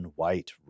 white